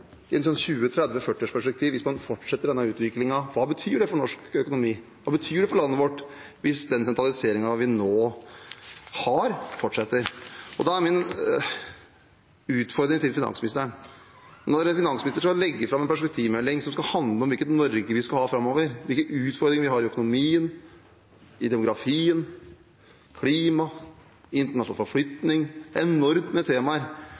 Hvis man fortsetter denne utviklingen, hva betyr det for norsk økonomi? Hva betyr det for landet vårt hvis den sentraliseringen vi nå har, fortsetter? Da er min utfordring til finansministeren: Når en finansminister skal legge fram en perspektivmelding som skal handle om hvilket Norge vi skal ha framover, hvilke utfordringer vi har med tanke på økonomien, demografien, klima, internasjonal forflytning – enormt med temaer